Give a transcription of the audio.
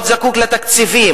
מאוד זקוק לתקציבים.